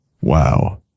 Wow